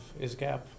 ISGAP